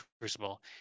crucible